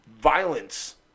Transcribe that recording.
violence